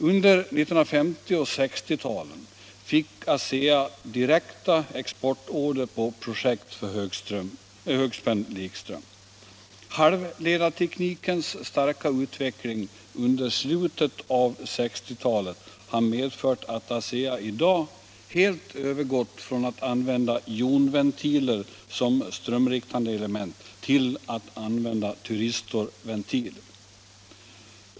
Under 1950 och 1960-talen fick ASEA direkta exportorder på projekt för högspänd likström. Halvledarteknikens starka utveckling under slutet av 1960-talet har medfört att ASEA i dag helt övergått från att använda jonventiler som strömriktande element till att använda tyristorventiler.